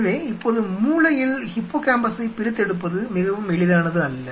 எனவே இப்போது மூளையில் ஹிப்போகாம்பஸை பிரித்தெடுப்பது மிகவும் எளிதானது அல்ல